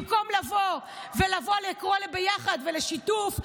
במקום לבוא לקרוא ביחד לשיתוף,